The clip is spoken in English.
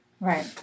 right